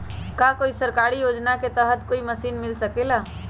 का कोई सरकारी योजना के तहत कोई मशीन मिल सकेला?